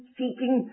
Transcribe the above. seeking